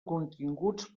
continguts